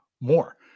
more